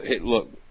look